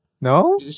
No